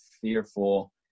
fearful